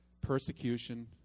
persecution